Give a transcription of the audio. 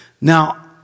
Now